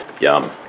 Yum